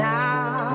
now